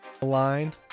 Line